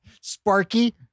sparky